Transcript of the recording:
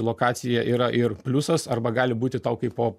lokacija yra ir pliusas arba gali būti tau kaipo